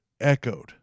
echoed